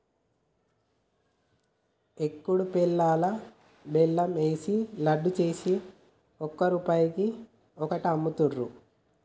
ఏకుడు పేలాలల్లా బెల్లం ఏషి లడ్డు చేసి ఒక్క రూపాయికి ఒక్కటి అమ్ముతాండ్రు